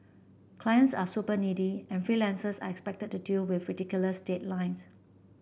clients are super needy and freelancers are expected to deal with ridiculous deadlines